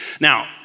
Now